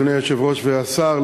אדוני היושב-ראש והשר,